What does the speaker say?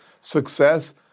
Success